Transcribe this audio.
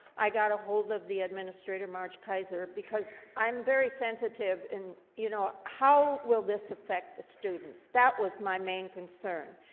i got ahold of the administrator marge kaiser because i'm very sensitive in you know how will this affect the students that was my main concern?